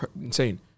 insane